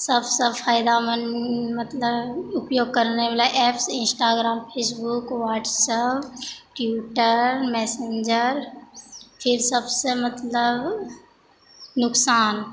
सबसँ फायदामे मतलब उपयोग करनाइवला apps Instagram Facebook WhatsApp Twitter Messenger फेर सबसँ मतलब नुकसान